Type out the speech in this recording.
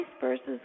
versus